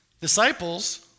Disciples